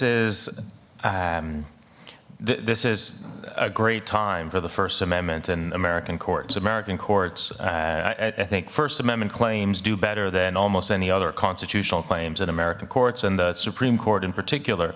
is this is a great time for the first amendment in american courts american courts i think first amendment claims do better than almost any other constitutional claims in american courts and the supreme court in particular